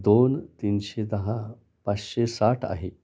दोन तीनशे दहा पाचशे साठ आहे